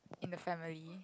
in the family